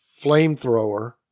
flamethrower